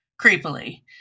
Creepily